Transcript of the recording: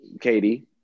Katie